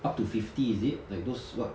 up to fifty is it like those what